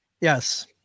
Yes